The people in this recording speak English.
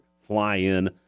fly-in